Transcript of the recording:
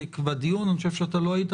כי בדיון אני חושב שלא היית,